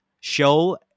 show